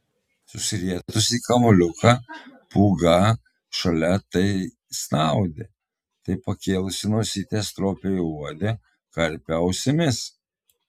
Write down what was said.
susirietusi į kamuoliuką pūga šalia tai snaudė tai pakėlusi nosytę stropiai uodė karpė ausimis